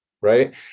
right